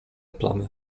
plamy